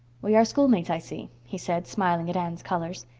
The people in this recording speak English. we are schoolmates, i see, he said, smiling at anne's colors.